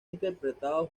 interpretado